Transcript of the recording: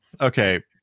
okay